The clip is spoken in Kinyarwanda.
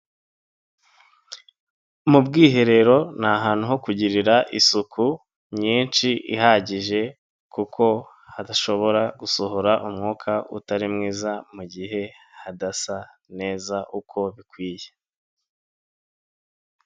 Mu bwiherero nta ahantutu ho kugirira isuku nyinshi ihagije, kuko hadashobora gusohora umwuka utari mwiza mu gihe hadasa neza uko bikwiye.